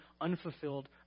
unfulfilled